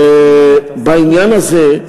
בעניין הזה,